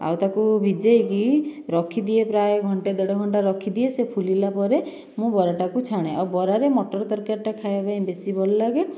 ଆଉ ତାକୁ ଭିଜେଇକି ରଖିଦିଏ ପ୍ରାୟେ ଘଣ୍ଟେ ଦେଢ଼ ଘଣ୍ଟା ରଖିଦିଏ ସେ ଫୁଲିଲା ପରେ ମୁଁ ବରା ଟାକୁ ଛାଣେ ଆଉ ବରାରେ ମଟର ତରକାରୀ ଟା ଖାଇବା ପାଇଁ ବେଶୀ ଭଲ ଲାଗେ